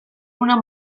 una